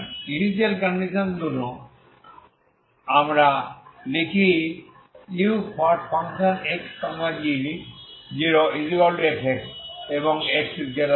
সুতরাং initial conditions গুলো আমরা লিখি ux0f এবং x0